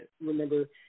remember